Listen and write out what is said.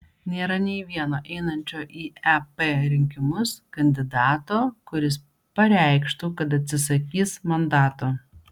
nėra nei vieno einančio į ep rinkimus kandidato kuris pareikštų kad atsisakys mandato